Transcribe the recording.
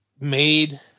made